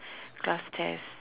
class test